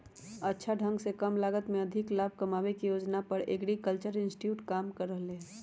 अच्छा ढंग से कम लागत में अधिक लाभ कमावे के योजना पर एग्रीकल्चरल इंस्टीट्यूट काम कर रहले है